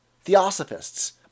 theosophists